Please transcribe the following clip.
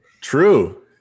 true